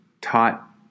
taught